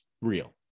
real